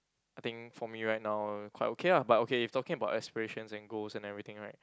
I think for me right now quite okay ah but okay if talking about aspirations and goals and everything right